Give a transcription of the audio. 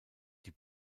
die